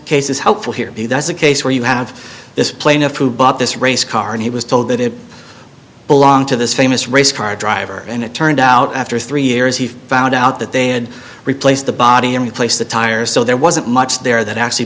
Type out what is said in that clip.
case is helpful here that's a case where you have this plaintiff who bought this race car and he was told that it belonged to this famous race car driver and it turned out after three years he found out that they had replaced the body and replaced the tires so there wasn't much there that actually